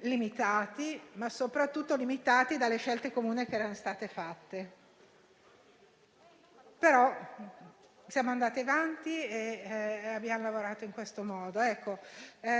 limitati, ma soprattutto limitati dalle scelte comuni che erano state fatte. In ogni caso, siamo andati avanti e abbiamo lavorato in questo modo.